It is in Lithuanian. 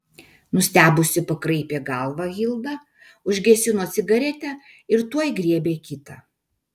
nustebusi pakraipė galvą hilda užgesino cigaretę ir tuoj griebė kitą